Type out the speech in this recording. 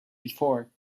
before